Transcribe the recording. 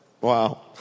Wow